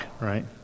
right